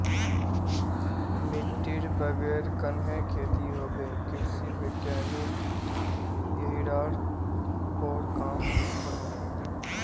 मिटटीर बगैर कन्हे खेती होबे कृषि वैज्ञानिक यहिरार पोर काम करोह